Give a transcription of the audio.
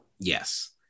yes